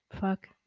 Fuck